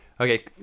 Okay